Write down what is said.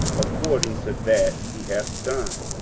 according to that he hath done,